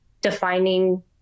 defining